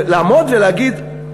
לעמוד ולהגיד,